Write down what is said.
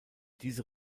diese